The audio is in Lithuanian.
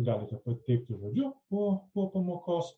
galite pateikti žodžiu po po pamokos